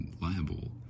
Liable